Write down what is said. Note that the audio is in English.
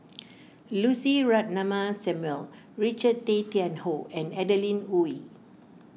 Lucy Ratnammah Samuel Richard Tay Tian Hoe and Adeline Ooi